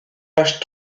page